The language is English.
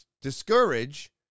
discourage